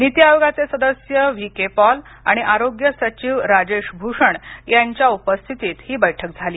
नीती आयोग्याचे सदस्य V K Paul आणि आरोग्य सचिव राजेश भूषण यांच्या उपस्थितीत ही बैठक झाली